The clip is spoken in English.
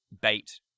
bait